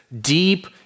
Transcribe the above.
deep